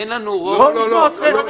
בואו נשמע אתכם.